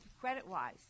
credit-wise